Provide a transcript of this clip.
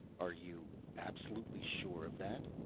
are you absolutely sure of that?